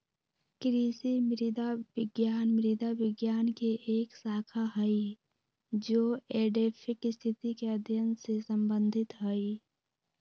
कृषि मृदा विज्ञान मृदा विज्ञान के एक शाखा हई जो एडैफिक स्थिति के अध्ययन से संबंधित हई